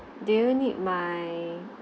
do you need my